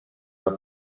una